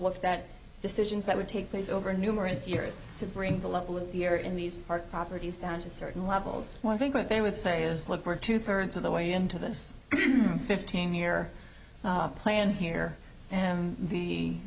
looked at decisions that would take place over numerous years to bring the level of fear in these part properties down to certain levels one thing that they would say is look we're two thirds of the way into this fifteen year plan here and the